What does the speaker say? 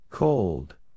Cold